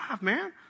man